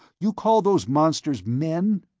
you call those monsters men?